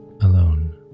alone